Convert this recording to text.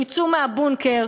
תצאו מהבונקר,